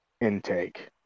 intake